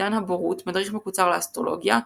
עידן הבורות - מדריך מקוצר לאסטרולוגיה,